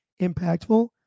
impactful